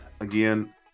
again